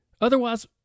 Otherwise